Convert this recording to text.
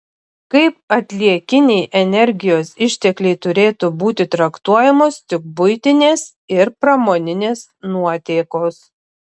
kaip atliekiniai energijos ištekliai turėtų būti traktuojamos tik buitinės ir pramoninės nuotėkos